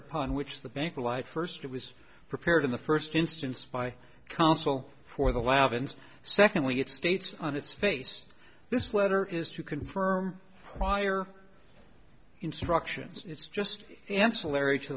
upon which the bank life first was prepared in the first instance by counsel for the lab and secondly it states on its face this letter is to confirm prior instructions it's just ancillary to